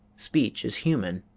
speech is human,